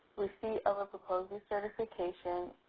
receipt of a proposed decertification,